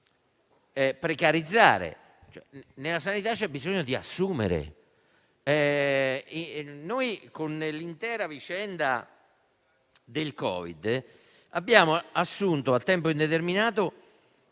ulteriormente. Nella sanità c'è bisogno di assumere. Nell'intera vicenda del Covid abbiamo assunto a tempo indeterminato